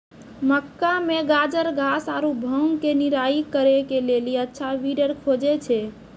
मक्का मे गाजरघास आरु भांग के निराई करे के लेली अच्छा वीडर खोजे छैय?